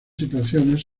situaciones